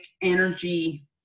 energy